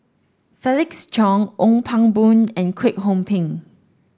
Felix Cheong Ong Pang Boon and Kwek Hong Png